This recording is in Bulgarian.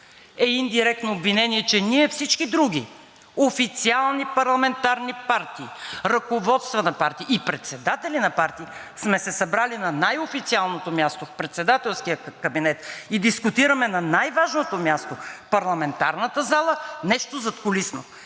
е индиректно обвинение, че ние, всички други официални парламентарни партии, ръководства на партии и председатели на партии, сме се събрали на най-официалното място – в председателския кабинет, и дискутираме на най-важното място – парламентарната зала, нещо задкулисно.